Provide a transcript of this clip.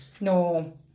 no